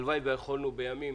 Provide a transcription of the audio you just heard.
הלוואי שיכולנו בימים